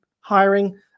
hiring